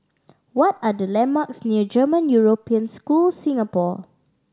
what are the landmarks near German European School Singapore